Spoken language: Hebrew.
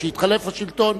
כשהתחלף השלטון,